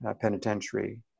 Penitentiary